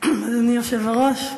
אדוני היושב-ראש,